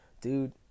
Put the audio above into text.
dude